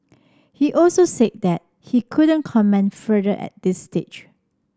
he also said that he couldn't comment further at this stage